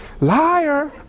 Liar